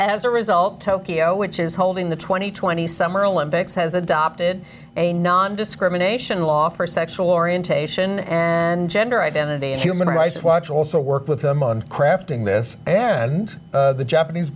as a result tokyo which is holding the two thousand and twenty summer olympics has adopted a nondiscrimination law for sexual orientation and gender identity and human rights watch also work with them on crafting this and the japanese